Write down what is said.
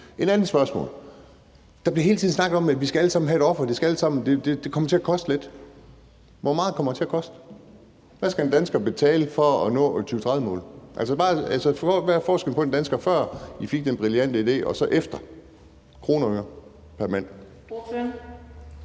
Et andet spørgsmål: Der bliver hele tiden snakket om, at vi alle sammen skal ofre os, at det kommer til at koste lidt, men hvor meget kommer det til at koste? Hvad skal en dansker betale for at nå 2030-målet? Hvad er forskellen for en dansker, før I fik den brillante idé og så efter? I kroner og øre per mand.